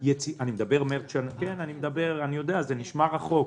--- אני אומר מרץ וזה נשמע רחוק.